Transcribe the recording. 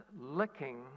licking